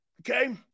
Okay